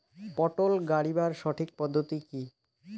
পটল গারিবার সঠিক পদ্ধতি কি?